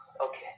Okay